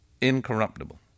incorruptible